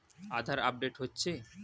আধার update হচ্ছে?